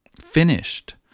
finished